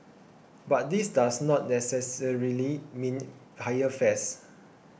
but this does not necessarily mean higher fares